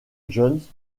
jones